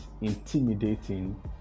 intimidating